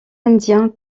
indiens